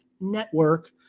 Network